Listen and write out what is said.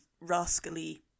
rascally